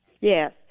yes